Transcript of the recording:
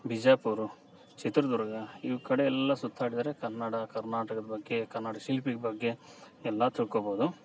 ಬಿಜಾಪುರ ಚಿತ್ರದುರ್ಗ ಈ ಕಡೆ ಎಲ್ಲ ಸುತ್ತಾಡಿದರೆ ಕನ್ನಡ ಕರ್ನಾಟಕದ ಬಗ್ಗೆ ಕನ್ನಡ ಶಿಲ್ಪಿ ಬಗ್ಗೆ ಎಲ್ಲ ತಿಳ್ಕೋಬೋದು